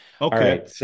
Okay